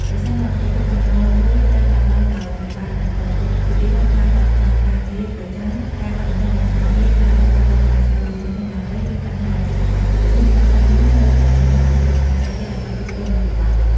ប្រសិនបើប្រភពចំណូលមួយត្រូវបាត់បង់ដោយមិនបានរំពឹងទុក ឧទាហរណ៍ ការបាត់បង់ការងារប្រចាំ ការកាត់បន្ថយម៉ោងការងារ ការរៀបចំរចនាសម្ព័ន្ធក្រុមហ៊ុនឡើងវិញ ឬបញ្ហាអាជីវកម្ម នោះបុគ្គលនោះនៅតែមានប្រភពចំណូលផ្សេងទៀតដើម្បីទប់ទល់នឹងវិបត្តិនោះ។